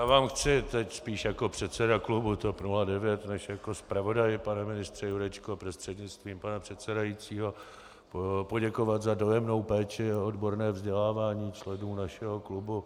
Já vám chci teď spíš jako předseda klubu TOP 09 než jako zpravodaj, pane ministře Jurečko prostřednictvím pana předsedajícího, poděkovat za dojemnou péči o odborné vzdělávání členů našeho klubu.